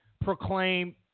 proclaim